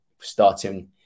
starting